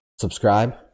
Subscribe